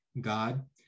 God